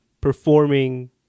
performing